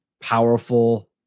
powerful